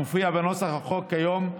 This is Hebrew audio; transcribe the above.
המופיע בנוסח החוק כיום,